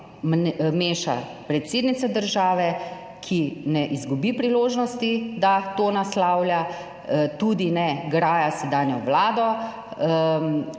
meša predsednica države, ki ne izgubi priložnosti, da to naslavlja tudi ne graja sedanjo Vlado,